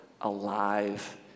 alive